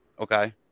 Okay